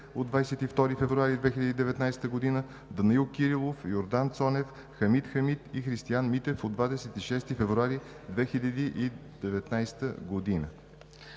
от 22 февруари 2019 г., Данаил Кирилов, Йордан Цонев, Хамид Хамид и Христиан Митев от 26 февруари 2019 г.